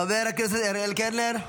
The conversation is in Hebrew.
חבר הכנסת אריאל קלנר,